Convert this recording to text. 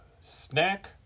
snack